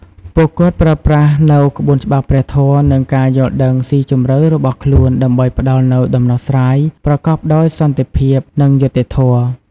ពួកគាត់ប្រើប្រាស់នូវក្បួនច្បាប់ព្រះធម៌ និងការយល់ដឹងស៊ីជម្រៅរបស់ខ្លួនដើម្បីផ្តល់នូវដំណោះស្រាយប្រកបដោយសន្តិភាព និងយុត្តិធម៌។